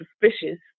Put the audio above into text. suspicious